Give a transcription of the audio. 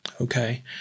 Okay